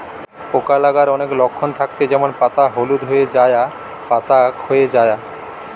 পোকা লাগার অনেক লক্ষণ থাকছে যেমন পাতা হলুদ হয়ে যায়া, পাতা খোয়ে যায়া